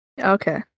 Okay